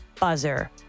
buzzer